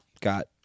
got